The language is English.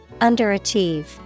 Underachieve